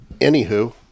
anywho